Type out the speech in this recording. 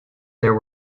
there